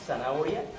Zanahoria